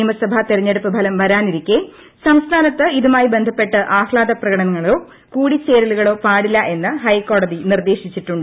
നിയമസഭാ തെരഞ്ഞെടുപ്പ് ഫലം വരാനിരിക്കെ സംസ്ഥാനത്ത് ഇതുമായി ബന്ധപ്പെട്ട് ആഹ്ഗാദപ്രകടനങ്ങളോ കൂടിച്ചേരലുകളോ പാടില്ല എന്ന് ഹൈക്കോടതി നിർദ്ദേശിച്ചിട്ടുണ്ട്